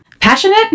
Passionate